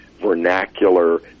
vernacular